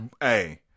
Hey